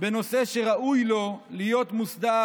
בנושא שראוי לו להיות מוסדר,